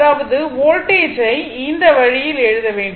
அதாவது வோல்டேஜ் ஐ இந்த வழியில் எழுத வேண்டும்